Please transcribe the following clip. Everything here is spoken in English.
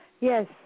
Yes